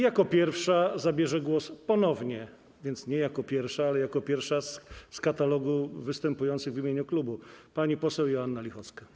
Jako pierwsza głos zabierze ponownie - więc nie jako pierwsza, ale jako pierwsza z katalogu występujących w imieniu klubu - pani poseł Joanna Lichocka.